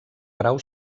grau